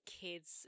kids